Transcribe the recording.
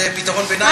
זה פתרון ביניים ראוי.